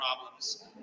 problems